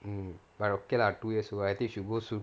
mm but okay lah two years ago I think you should go soon